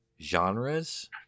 genres